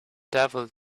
devil